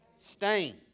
Stain